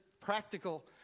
practical